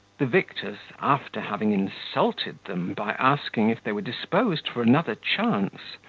the victors, after having insulted them, by asking, if they were disposed for another chance,